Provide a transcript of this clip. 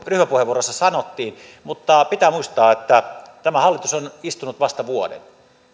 ryhmäpuheenvuorossa sanottiin mutta pitää muistaa että tämä hallitus on istunut vasta vuoden